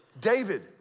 David